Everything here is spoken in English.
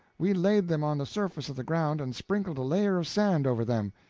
we laid them on the surface of the ground, and sprinkled a layer of sand over them.